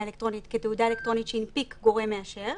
אלקטרונית כתעודה אלקטרונית שהנפיק גורם מאשר.